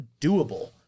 doable